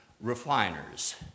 refiners